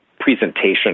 presentation